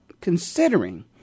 considering